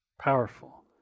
Powerful